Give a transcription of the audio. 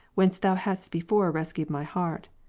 whence thou hadst before rescued my heart.